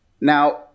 Now